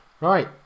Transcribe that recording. Right